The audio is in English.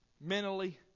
mentally